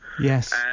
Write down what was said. Yes